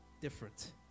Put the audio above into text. different